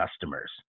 customers